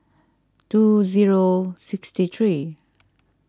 two zero six three